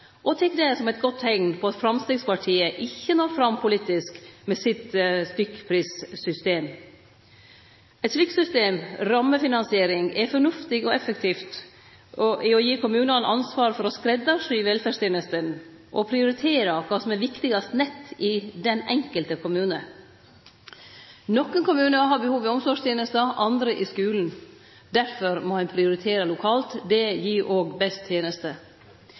og tek det som eit godt teikn på at Framstegspartiet ikkje når fram politisk med sitt stykkprissystem. Eit slikt system, rammefinansiering, er fornuftig og effektivt for å gi kommunane ansvaret for å skreddarsy velferdstenestene og prioritere kva som er viktigast nett i den enkelte kommune. Nokre kommunar har behov i omsorgstenesta, andre i skulen. Derfor må ein prioritere lokalt – det gir også best tenester.